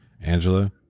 angela